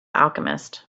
alchemist